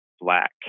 black